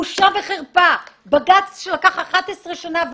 זו בושה וחרפה שבג"ץ לקח 11 שנה.